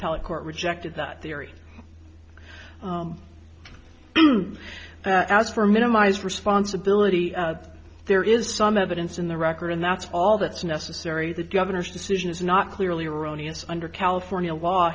pallet court rejected that theory as for minimized responsibility there is some evidence in the record and that's all that's necessary the governor's decision is not clearly erroneous under california law